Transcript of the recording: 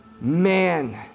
man